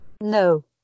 No